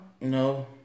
No